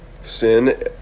Sin